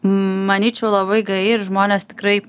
manyčiau labai gaji ir žmonės tikrai